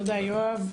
תודה, יואב.